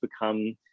become